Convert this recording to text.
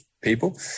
people